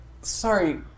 Sorry